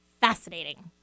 fascinating